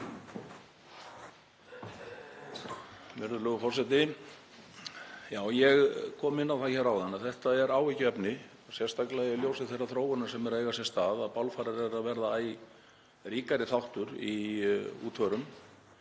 Virðulegur forseti. Ég kom inn á það áðan að þetta er áhyggjuefni, sérstaklega í ljósi þeirrar þróunar sem er að eiga sér stað að bálfarir eru að verða æ ríkari þáttur í útförum.